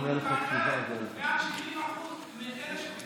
אומרים אחרת: מעל 70% מאלה שקיבלו בוסטר מדביקים ונדבקים,